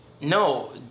No